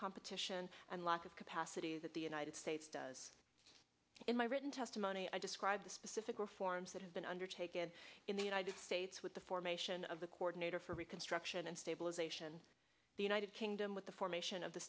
competition and lack of capacity that the united states does in my written testimony i describe the specific reforms that have been undertaken in the united states with the formation of the coordinator for reconstruction and stabilization the united kingdom with the formation of